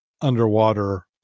underwater